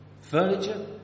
furniture